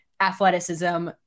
athleticism